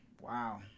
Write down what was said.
Wow